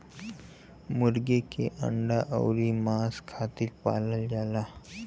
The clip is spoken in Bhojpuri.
मुरगी के अंडा अउर मांस खातिर पालल जाला